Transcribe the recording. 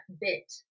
bit